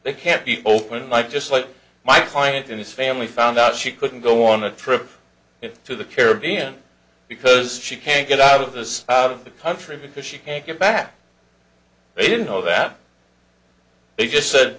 they can't be open mike just like my client and his family found out she couldn't go on a trip to the caribbean because she can't get out of this out of the country because she can't get back they didn't know that they just said